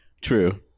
True